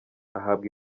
ahabwa